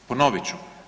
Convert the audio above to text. Ponovit ću.